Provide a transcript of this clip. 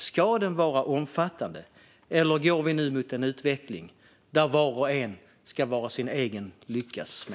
Ska den vara omfattande, eller går vi nu mot en utveckling där var och en ska vara sin egen lyckas smed?